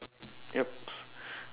yup